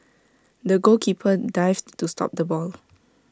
the goalkeeper dived to stop the ball